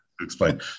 explain